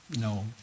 No